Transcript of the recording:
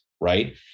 right